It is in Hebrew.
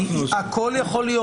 הכול יכול להיות.